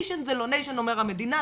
ניישן - אומר המדינה,